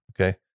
Okay